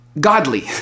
godly